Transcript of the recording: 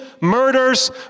murders